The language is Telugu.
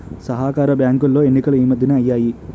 సహకార బ్యాంకులో ఎన్నికలు ఈ మధ్యనే అయ్యాయి